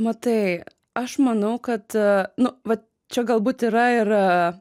matai aš manau kad nu va čia galbūt yra